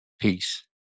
Peace